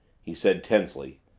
he said tensely,